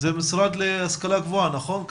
זה המשרד להשכלה גבוהה, נכון?